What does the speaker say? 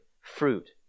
fruit